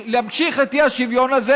להמשיך את האי-שוויון הזה,